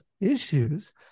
issues